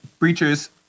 Breacher's